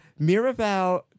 Miraval